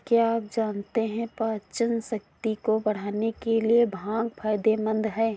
क्या आप जानते है पाचनशक्ति को बढ़ाने के लिए भांग फायदेमंद है?